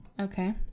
Okay